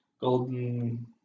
golden